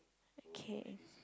okay